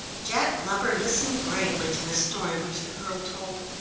jack glover listened gravely to the story which the girl told.